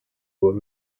were